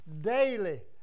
daily